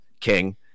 king